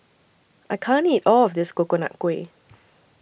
I can't eat All of This Coconut Kuih